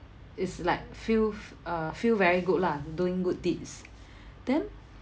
it's like feel uh feel very good lah doing good deeds then